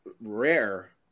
rare